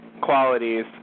qualities